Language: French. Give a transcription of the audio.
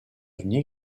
unis